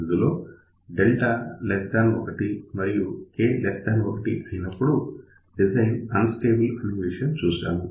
అందులో Δ 1 మరియు K 1 అయినప్పుడు డిజైన్ అన్ స్టేబుల్ అనే విషయం చూశాము